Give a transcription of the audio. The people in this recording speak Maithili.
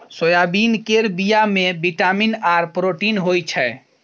सोयाबीन केर बीया मे बिटामिन आर प्रोटीन होई छै